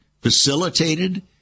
facilitated